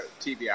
TBI